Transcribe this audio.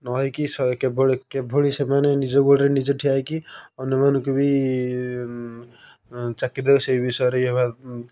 ନ ହୋଇକି ସ କିଭଳି କିଭଳି ସେମାନେ ନିଜ ଗୋଡ଼ରେ ନିଜେ ଠିଆ ହୋଇକି ଅନ୍ୟମାନଙ୍କୁ ବି ଚାକିରୀ ଦେବେ ସେହି ବିଷୟରେ ଇଏ ହେବା